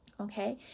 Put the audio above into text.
Okay